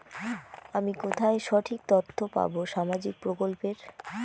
আমি কোথায় সঠিক তথ্য পাবো সামাজিক প্রকল্পের?